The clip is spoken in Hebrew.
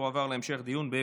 התשפ"ב 2022,